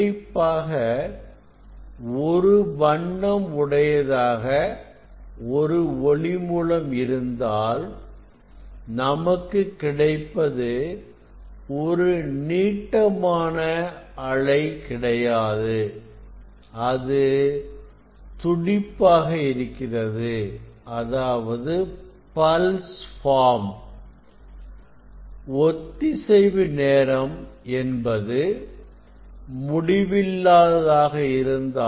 கண்டிப்பாக ஒரு வண்ணம் உடையதாக ஒரு ஒளி மூலம் இருந்தால் நமக்கு கிடைப்பது ஒரு நீட்டமான அலை கிடையாது அது துடிப்பாக கிடைக்கிறது ஒத்திசைவு நேரம் என்பது முடிவில்லாத தாக இருக்கும்